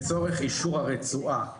שלום לכולם,